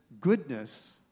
goodness